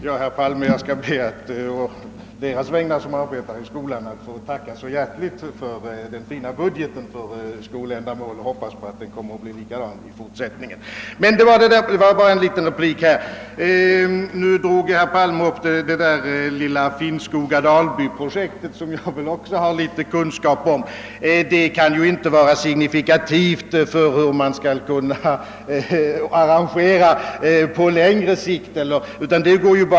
Herr talman! Jag skall, herr Palme, be att å deras vägnar som arbetar :i skolan få tacka så hjärtligt för den fina budgeten för skoländamål. Jag hoppas, att skolbudgeten kommer att bli likadan i fortsättningen. Men låt mig helt kort ge en sista replik till statsrådet. Herr Palme drog upp det lilla Finnskoga-Dalby-projektet, som jag också har någon kunskap om. Det kan dock inte vara signifikativt för hur man skall ordna arrangemangen på längre sikt.